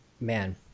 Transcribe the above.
man